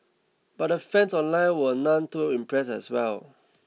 but the fans online were none too impressed as well